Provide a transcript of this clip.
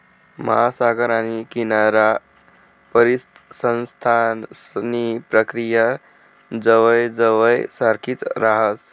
महासागर आणि किनाराना परिसंस्थांसनी प्रक्रिया जवयजवय सारखीच राहस